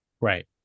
Right